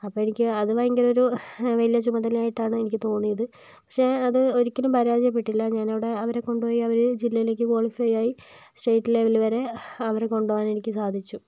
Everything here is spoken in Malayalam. അപ്പോൾ എനിക്ക് അത് ഭയങ്കര ഒരു വലിയ ചുമതലയായിട്ടാണ് എനിക്ക് തോന്നിയത് പക്ഷെ അത് ഒരിക്കലും പരാജയപ്പെട്ടില്ല ഞാൻ അവിടെ അവരെ കൊണ്ടുപോയി അവര് ജില്ലയിലേക്ക് ക്വാളിഫൈ ആയി സ്റ്റേറ്റ് ലെവൽ വരെ അവരെ കൊണ്ടുപോകാൻ എനിക്ക് സാധിച്ചു